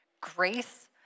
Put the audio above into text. grace